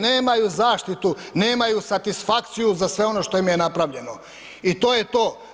Nemaju zaštitu, nemaju satisfakciju za sve ono što im je napravljeno i to je to.